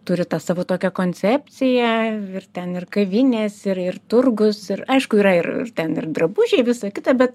turi tą savo tokią koncepciją ir ten ir kavinės ir ir turgus ir aišku yra ir ten ir drabužiai visa kita bet